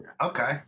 Okay